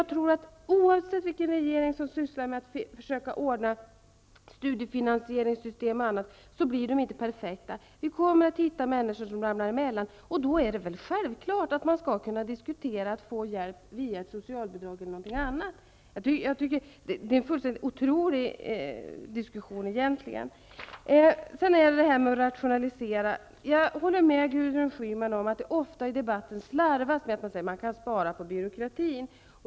Oavsett vilken regering det är som försöker ordna studiefinansieringssystemet, blir det inte perfekt. Vi kommer alltid att ha människor som hamnar emellan. Då är det självklart att man skall kunna diskutera en hjälp via ett socialbidragssystem eller liknande. Egentligen är det här en fullständigt otrolig diskussion. Sedan om rationaliseringar. Jag håller med Gudrun Schyman om att det ofta i debatten slarvas med uttalanden om att det går att spara på byråkratin.